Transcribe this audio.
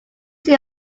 see